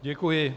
Děkuji.